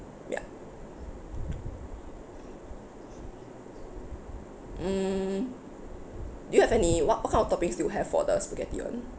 ya mm do you have any what what kind of toppings do you have for the spaghetti one